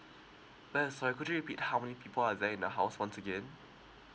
ma'am sorry could you repeat how many people are there in the house once again